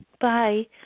Bye